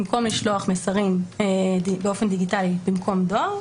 במקום לשלוח מסרים באופן דיגיטלי במקום דואר,